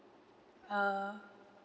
ah